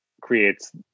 creates